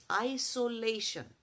Isolation